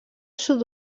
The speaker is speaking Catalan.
sud